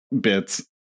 bits